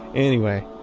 anyway,